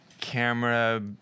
camera